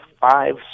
five